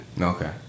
okay